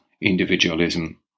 individualism